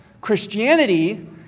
Christianity